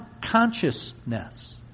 consciousness